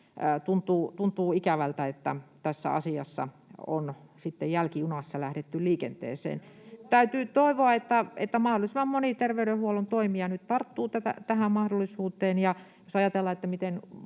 tuntuu ikävältä, että tässä asiassa on jälkijunassa lähdetty liikenteeseen. [Aki Lindénin välihuuto] Täytyy toivoa, että mahdollisimman moni terveydenhuollon toimija nyt tarttuu tähän mahdollisuuteen,